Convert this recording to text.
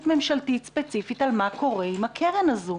ממשלתית ספציפית על מה קורה עם הקרן הזו.